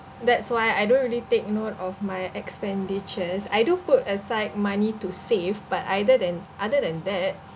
that's why I don't really take note of my expenditures I do put aside money to save but either than other than that